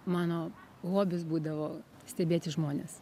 mano hobis būdavo stebėti žmones